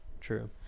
True